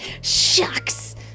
Shucks